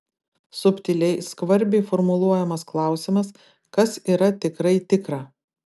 subtiliai skvarbiai formuluojamas klausimas kas yra tikrai tikra